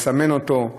לסמן אותו,